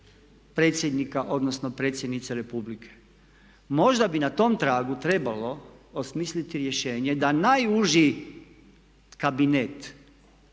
predsjednika, odnosno Predsjednice Republike. Možda bi na tom tragu trebalo osmisliti rješenje da najuži kabinet